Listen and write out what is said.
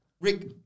Rick